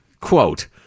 quote